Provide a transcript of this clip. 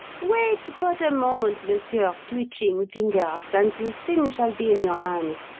wait but a moment, monsieur twitching-fingers, and the thing shall be in your hand.